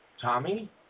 Tommy